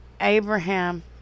Abraham